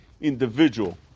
Individual